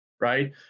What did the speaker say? Right